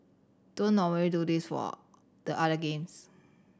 don't normally do this for the other games